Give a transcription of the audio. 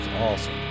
awesome